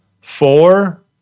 four